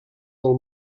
del